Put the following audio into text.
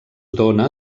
dóna